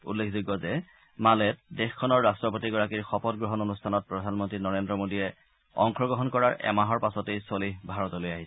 উল্লেখযোগ্য যে মালেত দেশখনৰ ৰাট্টপতিগৰাকীৰ শপত গ্ৰহণ অনুষ্ঠানত প্ৰধানমন্ত্ৰী নৰেদ্ৰ মোডীয়ে অংশগ্ৰহণ কৰাৰ এমাহৰ পাছতেই ছলিহ ভাৰতলৈ আহিব